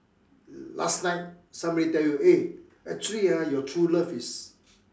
last night somebody tell you eh actually ah your true love is